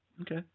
okay